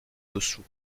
dessous